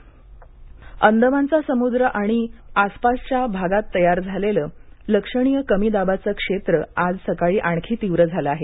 हवामान अंदमानचा समुद्र आणि आसपासच्या भागात तयार झालेलं लक्षणीय कमी दाबाचं क्षेत्र आज सकाळी आणखी तीव्र झालं आहे